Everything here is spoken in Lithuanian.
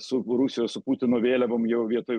su rusijos su putino vėliavom jau vietoj